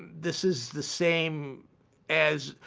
this is the same as,